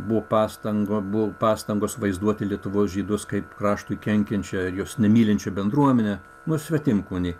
buvo pastanga bu pastangos vaizduoti lietuvos žydus kaip kraštui kenkiančią jus nemylinčią bendruomenę nu svetimkūnį